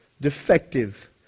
defective